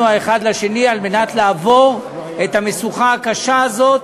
האחד לשני על מנת לעבור את המשוכה הקשה הזאת,